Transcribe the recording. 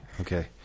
Okay